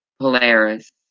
Polaris